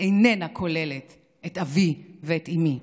איננה כוללת את אבי ואת אימי.